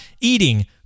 eating